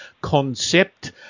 concept